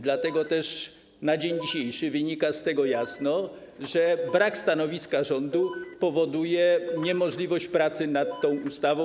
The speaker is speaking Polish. Dlatego też na dzisiaj wynika z tego jasno, że brak stanowiska rządu powoduje niemożliwość pracy nad tą ustawą.